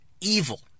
evil